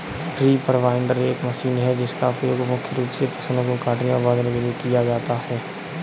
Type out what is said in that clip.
reaper binder एक machine है जिसका उपयोग मुख्य रूप से फसलों को काटने और बांधने के लिए किया जाता है